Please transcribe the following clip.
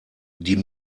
die